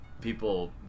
people